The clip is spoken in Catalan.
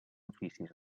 oficis